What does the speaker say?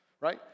right